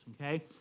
okay